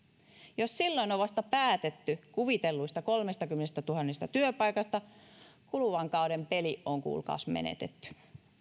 jos silloin on on vasta päätetty kuvitelluista kolmestakymmenestätuhannesta työpaikasta kuluvan kauden peli on kuulkaas menetetty